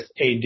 AD